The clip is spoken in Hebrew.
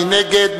מי נגד?